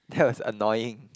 that was annoying